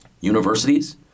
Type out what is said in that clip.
Universities